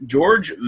George